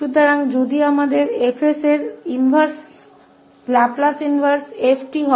इसलिए यदि हमारे पास 𝐹𝑠 का लाप्लास प्रतिलोम f𝑡 है